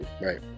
right